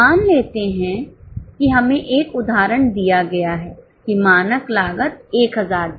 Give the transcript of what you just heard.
मान लेते हैं कि हमें एक उदाहरण दिया गया है कि मानक लागत 1000 थी